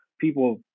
people